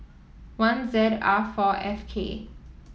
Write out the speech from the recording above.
one Z R four F K